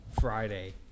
Friday